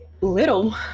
little